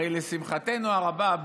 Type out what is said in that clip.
הרי לשמחתנו הרבה,